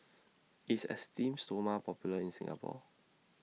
IS Esteem Stoma Popular in Singapore